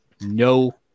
No